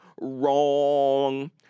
Wrong